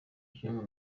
jones